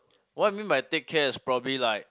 what you mean by take care is probably like